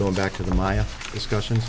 going back to the my discussion